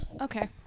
Okay